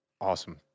Awesome